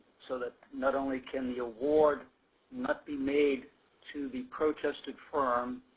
so that not only can the award not be made to the protested firm,